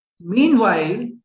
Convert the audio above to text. meanwhile